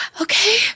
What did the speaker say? Okay